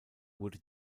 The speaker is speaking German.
wurde